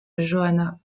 johanna